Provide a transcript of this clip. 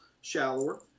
shallower